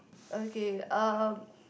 okay um